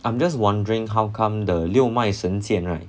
I'm just wondering how come the 六脉神剑 right